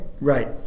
right